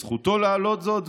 זכותו להעלות זאת,